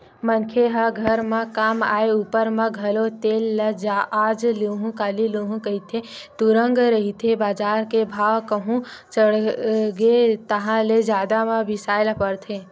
मनखे ह घर म काम आय ऊपर म घलो तेल ल आज लुहूँ काली लुहूँ कहिके तुंगत रहिथे बजार के भाव कहूं चढ़गे ताहले जादा म बिसाय ल परथे